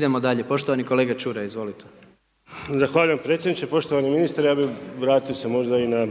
Idemo dalje, poštovani kolega Čuraj, izvolite. **Čuraj, Stjepan (HNS)** Zahvaljujem predsjedniče. Poštovani ministre ja bih vratio se možda i na